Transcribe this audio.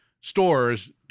stores